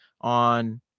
on